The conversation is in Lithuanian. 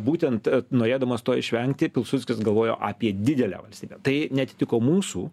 būtent norėdamas to išvengti pilsudskis galvojo apie didelę valstybę tai neatitiko mūsų